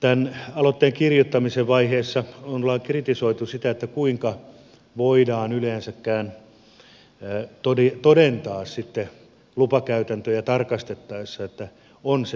tämän aloitteen kirjoittamisen vaiheessa on kritisoitu sitä kuinka voidaan yleensäkään todentaa sitten lupakäytäntöjä tarkastettaessa että on työtön